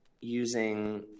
using